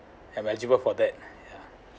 I'm eligible for that ya